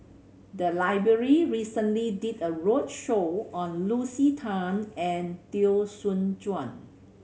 the library recently did a roadshow on Lucy Tan and Teo Soon Chuan